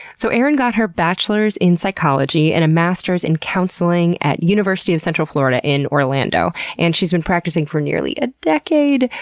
so erin got her bachelor's in psychology psychology and a master's in counseling at university of central florida in orlando. and she's been practicing for nearly a decade,